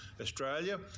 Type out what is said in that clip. Australia